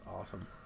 awesome